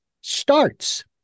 starts